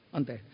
Ante